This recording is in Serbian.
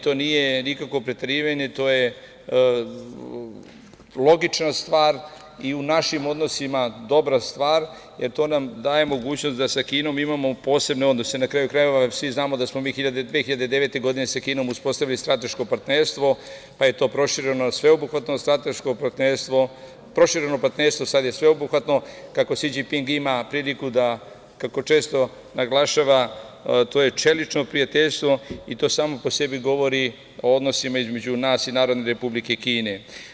To nije nikakvo preterivanje, to je logična stvar i u našim odnosima dobra stvar, jer to nam daje mogućnost da sa Kinom imamo posebne odnose, na kraju krajeva, jer svi znamo da smo mi 2009. godine sa Kinom uspostavili strateško partnerstvo, pa je to prošireno partnerstvo, sada je sveobuhvatno, kako Si Đinping ima priliku da, kako često naglašava, to je čelično prijateljstvo, i to samo po sebi govori o odnosima između nas i Narodne Republike Kine.